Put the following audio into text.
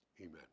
Amen